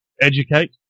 educate